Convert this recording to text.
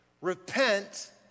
Repent